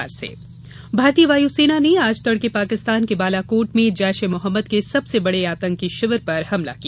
वायुसेना हमला भारतीय वायुसेना ने आज तड़के पाकिस्तान के बालाकोट में जैश ए मोहम्मद के सबसे बड़े आतंकी शिविर पर हमला किया